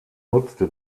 nutzte